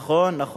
נכון, נכון.